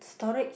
storage